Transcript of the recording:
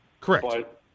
Correct